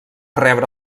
rebre